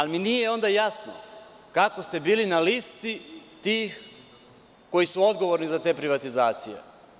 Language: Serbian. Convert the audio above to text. Nije mi jasno kako ste bili na listi tih koji su odgovorni za te privatizacije.